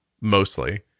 mostly